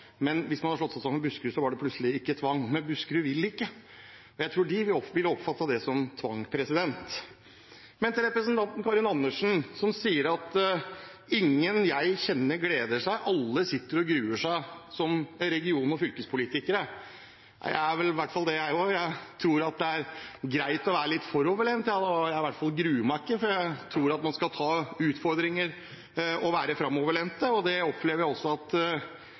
men hvis man slo seg sammen med Buskerud, var det plutselig ikke tvang. Men Buskerud vil ikke. Jeg tror de ville oppfattet det som tvang. Men til representanten Karin Andersen, som sier at ingen hun kjenner gleder seg, alle sitter og gruer seg – som region- og fylkespolitikere: Jeg er jo det også, og jeg tror at det er greit å være litt foroverlent. Jeg gruer meg ikke, for jeg tror at man skal ta utfordringer og være framoverlent. Det opplever jeg også at